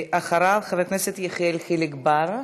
אחריו, חבר הכנסת יחיאל חיליק בר,